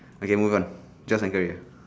okay move on choice and career